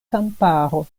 kamparo